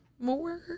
more